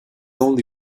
only